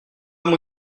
mon